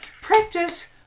practice